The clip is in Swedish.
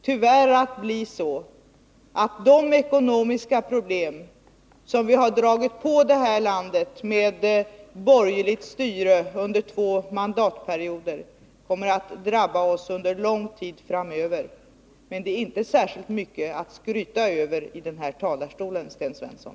Tyvärr kommer de ekonomiska problem som vi dragit på landet med ett borgerligt styre under två mandatperioder att drabba oss under lång tid framöver. Men det är ingenting att skryta över i kammarens talarstol, Sten Svensson!